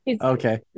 okay